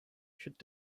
should